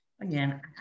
again